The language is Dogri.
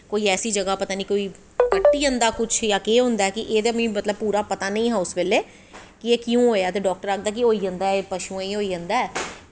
कोई ऐसी जगाह् पता नी कोई कट्टी जंदा कुश जां केह् एह्दे मिगी कुश पता नी हा उस बेल्लै कि एह् कियां होया ते डाक्टर आखदे एह् होई जंदा ऐ पशुएं गी होई जंदा ऐ